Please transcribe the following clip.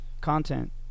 content